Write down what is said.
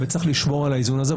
וצריך לשמור על האיזון הזה.